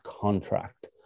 contract